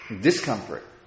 discomfort